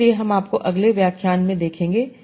इसलिए हम आपको अगले व्याख्यान में देखेंगे